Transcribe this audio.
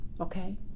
okay